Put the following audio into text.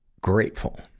grateful